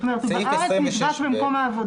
סעיף 26ב. אתה מתכוון שבארץ הוא נבדק במקום העבודה?